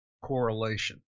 correlation